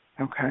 Okay